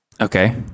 Okay